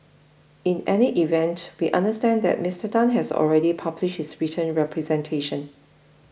in any event we understand that Mister Tan has already published his written representation